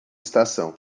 estação